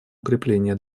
укрепления